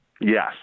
Yes